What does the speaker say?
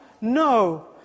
No